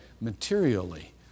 materially